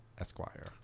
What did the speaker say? Esquire